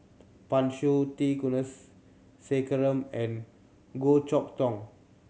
Pan Shou T Kulasekaram and Goh Chok Tong